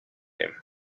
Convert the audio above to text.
him